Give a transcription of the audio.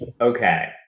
Okay